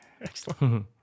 excellent